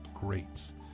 greats